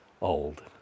old